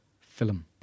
film